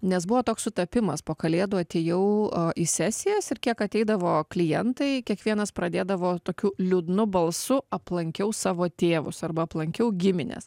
nes buvo toks sutapimas po kalėdų atėjau į sesijas ir kiek ateidavo klientai kiekvienas pradėdavo tokiu liūdnu balsu aplankiau savo tėvus arba aplankiau gimines